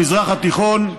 במזרח התיכון,